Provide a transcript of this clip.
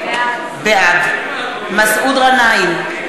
בעד מסעוד גנאים,